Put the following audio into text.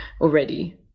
already